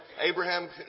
Abraham